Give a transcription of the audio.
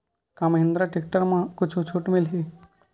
का महिंद्रा टेक्टर म कुछु छुट मिलही?